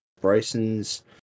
Bryson's